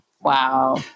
Wow